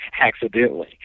accidentally